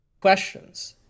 questions